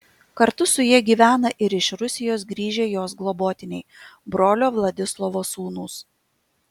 kartu su ja gyvena ir iš rusijos grįžę jos globotiniai brolio vladislovo sūnūs